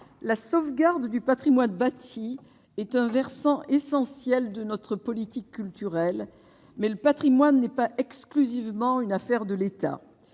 la sauvegarde du pape. Kim what bâti est versant essentiel de notre politique culturelle, mais le Patrimoine n'est pas exclusivement une affaire de l'État,